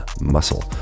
muscle